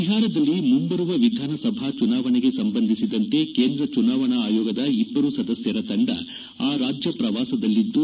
ಬಿಹಾರದಲ್ಲಿ ಮುಂಬರುವ ವಿಧಾನಸಭಾ ಚುನಾವಣೆಗೆ ಸಂಬಂಧಿಸಿದಂತೆ ಕೇಂದ್ರ ಚುನಾವಣಾ ಆಯೋಗದ ಇಬ್ಬರು ಸದಸ್ಟರ ತಂಡ ಆ ರಾಜ್ಯ ಪ್ರವಾಸದಲ್ಲಿದ್ದು